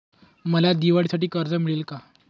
मला दिवाळीसाठी कर्ज मिळेल का?